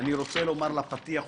אנחנו לא נרחיב,